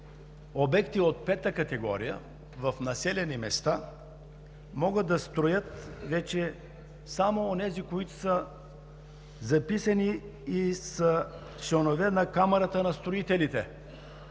обекти от пета категория в населени места могат да строят вече само онези, които са записани и са членове на Камарата на строителите.